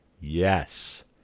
Yes